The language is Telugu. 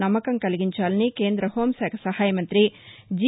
నమ్మకం కలిగించాలని కేంద్ర హోం శాఖ సహాయమంతి జి